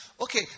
Okay